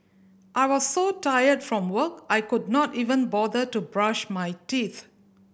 I was so tired from work I could not even bother to brush my teeth